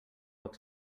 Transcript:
books